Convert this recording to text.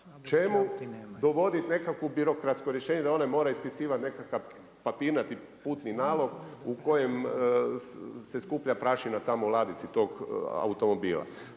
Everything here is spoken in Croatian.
čemu dovoditi nekakvo birokratsko riješene da one mora ispisivati nekakav papirnati putni nalog u kojem se skuplja prašina tamo u ladici toga automobila.